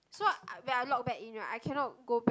so I when I log back in right I cannot go back